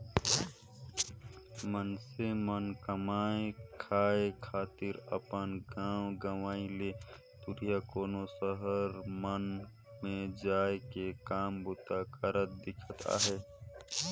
मइनसे मन कमाए खाए खातिर अपन गाँव गंवई ले दुरिहां कोनो सहर मन में जाए के काम बूता करत दिखत अहें